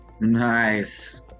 Nice